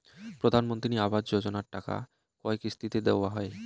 প্রধানমন্ত্রী আবাস যোজনার টাকা কয় কিস্তিতে দেওয়া হয়?